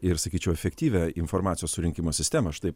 ir sakyčiau efektyvią informacijos surinkimo sistemą štai